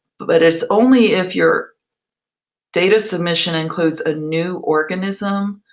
but it's only if your data submission includes a new organism,